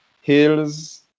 hills